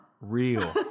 real